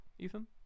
Ethan